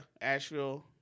Asheville